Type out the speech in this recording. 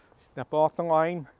step off the line.